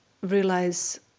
realize